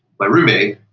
my roommate,